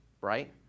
right